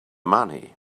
money